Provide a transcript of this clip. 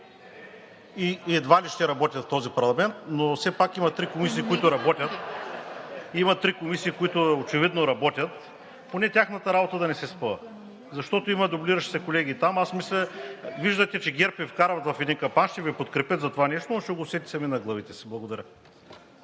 и едва ли ще работят в този парламент, но все пак има три комисии, които очевидно работят, поне тяхната работа да не се спъва, защото има дублиращи се колеги там. Виждате, че ГЕРБ Ви вкарват в един капан, ще Ви подкрепят за това нещо, но ще го усетите сами на главите си. Благодаря.